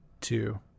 two